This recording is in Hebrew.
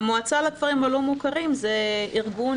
המועצה לכפרים הבלתי מוכרים הוא ארגון